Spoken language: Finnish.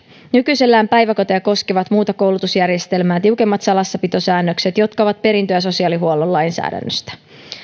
nykyisellään päiväkoteja koskevat muuta koulutusjärjestelmää tiukemmat salassapitosäännökset jotka ovat perintöä sosiaalihuollon lainsäädännöstä